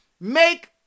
make